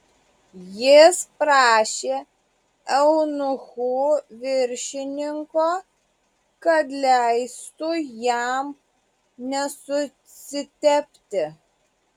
jis prašė eunuchų viršininko kad leistų jam nesusitepti